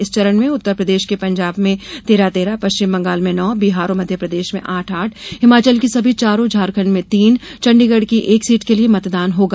इस चरण में उत्तर प्रदेश और पंजाब में तेरह तेरह पश्चिम बंगाल में नौ बिहार और मध्य प्रदेश में आठ आठ हिमाचल की सभी चारों झारखंड में तीन तथा चंडीगढ़ की एक सीट के लिये मतदान होगा